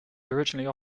originally